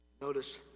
Notice